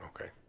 Okay